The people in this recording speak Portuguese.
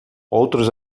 outros